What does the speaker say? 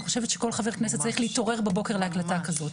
אני חושבת שכל חבר כנסת צריך להתעורר בבוקר להקלטה כזאת